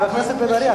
חבר הכנסת בן-ארי,